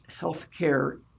healthcare